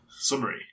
Summary